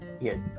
yes